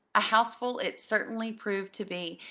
a houseful it certainly proved to be,